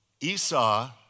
Esau